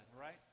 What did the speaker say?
right